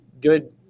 good